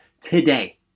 today